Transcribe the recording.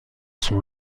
son